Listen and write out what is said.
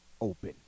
open